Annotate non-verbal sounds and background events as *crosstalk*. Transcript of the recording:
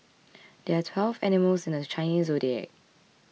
*noise* there are twelve animals in the Chinese zodiac